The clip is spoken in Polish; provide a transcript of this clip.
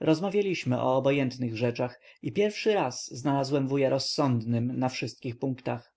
rozmawialiśmy o obojętnych rzeczach i pierwszy raz znalazłem wuja rozsądnym na wszystkich punktach